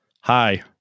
Hi